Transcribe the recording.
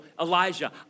Elijah